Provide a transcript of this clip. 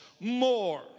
more